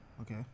Okay